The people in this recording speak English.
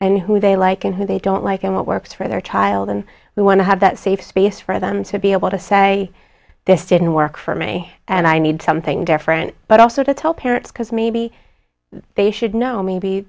and who they like and who they don't like and what works for their child and they want to have that safe space for them to be able to say this didn't work for me and i need something different but also to tell parents because maybe they should know maybe